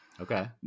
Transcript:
Okay